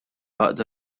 għaqda